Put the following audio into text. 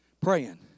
praying